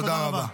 תודה רבה.